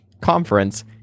conference